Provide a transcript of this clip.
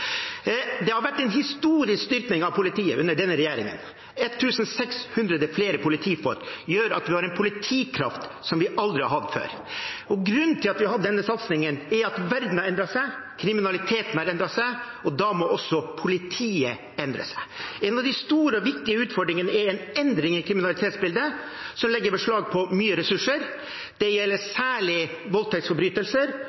Det har vært en historisk styrking av politiet under denne regjeringen. 1 600 flere politifolk gjør at vi har en politikraft som vi aldri har hatt før. Grunnen til at vi har hatt denne satsingen, er at verden har endret seg, kriminaliteten har endret seg, og da må også politiet endre seg. En av de store og viktige utfordringene er en endring i kriminalitetsbildet som legger beslag på store ressurser. Det gjelder